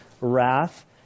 wrath